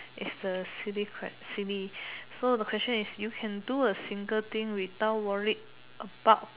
is the silly ques~ silly so the question is you can do a single thing without worried about